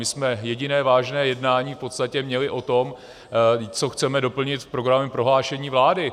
My jsme jediné vážné jednání v podstatě měli o tom, co chceme doplnit v programovém prohlášení vlády.